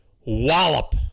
wallop